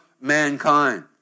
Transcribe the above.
mankind